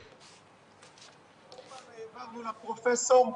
--- שוב פעם העברנו לפרופסור,